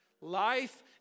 Life